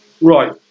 Right